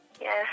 Yes